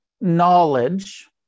knowledge